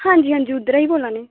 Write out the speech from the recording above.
हां जी हां जी उद्धर ई बोल्ला नै